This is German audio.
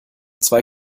zwei